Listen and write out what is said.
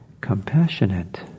compassionate